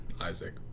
Isaac